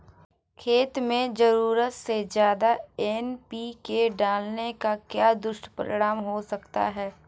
खेत में ज़रूरत से ज्यादा एन.पी.के डालने का क्या दुष्परिणाम हो सकता है?